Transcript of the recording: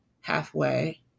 Halfway